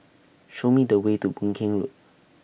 Show Me The Way to Boon Keng Road